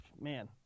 Man